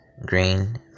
green